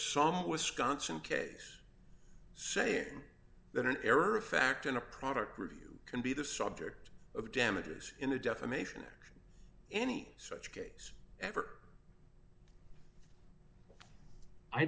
some wisconsin case saying that an error of fact in a product review can be the subject of damages in a defamation action any such case ever i